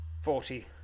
Forty